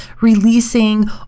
releasing